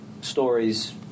stories